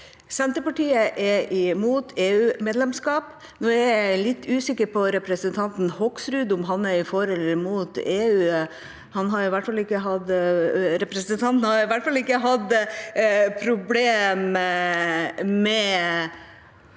Senterpartiet er imot EU-medlemskap. Jeg er litt usikker på om representanten Hoksrud er for eller imot EU. Representanten har i hvert fall ikke hatt problemer med